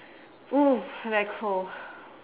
oo very cold